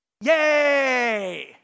Yay